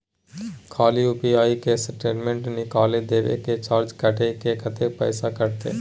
खाली यु.पी.आई के स्टेटमेंट निकाइल देबे की चार्ज कैट के, कत्ते पैसा कटते?